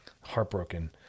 heartbroken